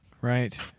Right